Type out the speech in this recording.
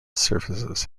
surfaces